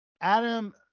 Adam